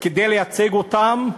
כדי לייצג אותם,